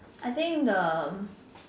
I think the